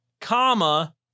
comma